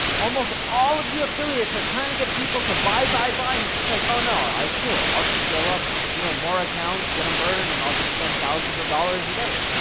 almost all of you affiliates are trying to get people to buy, buy, buy, and you're just like, oh, no, it's cool. i'll just scale up, you know, more accounts, get em burned, and i'll just spend thousands of dollars a day.